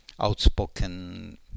outspoken